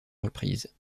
reprise